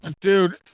Dude